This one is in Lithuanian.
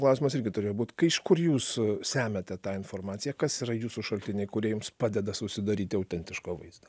klausimas irgi turėjo būt kai iš kur jūs semiate tą informaciją kas yra jūsų šaltiniai kurie jums padeda susidaryti autentišką vaizdą